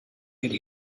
could